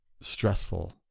stressful